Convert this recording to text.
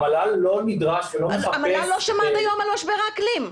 המל"ל לא נדרש ולא מחפש --- המל"ל לא שמע עד היום על משבר האקלים.